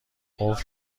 قفل